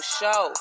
show